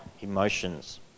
emotions